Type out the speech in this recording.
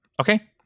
Okay